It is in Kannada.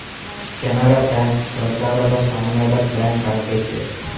ಕೆನರಾ ಬ್ಯಾಂಕ್ ಸರಕಾರದ ಸಾಮ್ಯದ ಬ್ಯಾಂಕ್ ಆಗೈತೆ